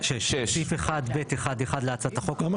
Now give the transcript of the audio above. הסתייגות 6. בסעיף 1(ב1)(1) להצעת החוק במקום